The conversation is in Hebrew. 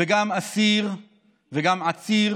וגם אסיר וגם עציר